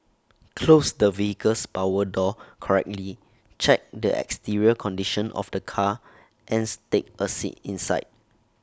close the vehicle's power door correctly check the exterior condition of the car ans take A seat inside